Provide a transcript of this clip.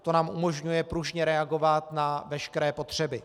To nám umožňuje pružně reagovat na veškeré potřeby.